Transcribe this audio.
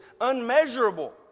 unmeasurable